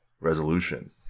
resolution